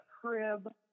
crib